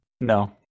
No